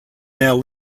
now